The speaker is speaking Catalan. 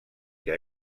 que